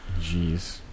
Jeez